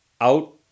out